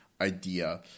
idea